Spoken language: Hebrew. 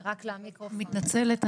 מתנצלת,